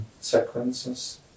sequences